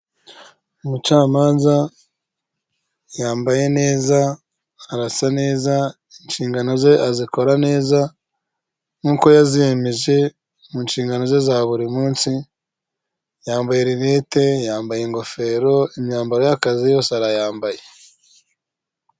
Umucamanza yambaye neza arasa neza inshingano ze azikora neza, nk'uko yazimeje mu nshingano ze za buri munsi, yambaye rinete yambaye ingofero, imyambaro yakazi yose arayambaye.